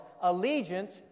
allegiance